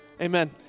Amen